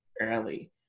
early